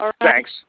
Thanks